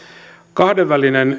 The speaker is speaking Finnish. kahdenvälinen